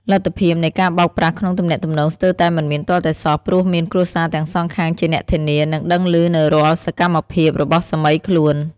លទ្ធភាពនៃការបោកប្រាស់ក្នុងទំនាក់ទំនងស្ទើរតែមិនមានទាល់តែសោះ ព្រោះមានគ្រួសារទាំងសងខាងជាអ្នកធានា និងដឹងឮនូវរាល់សកម្មភាពរបស់សាមីខ្លួន។